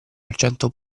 argento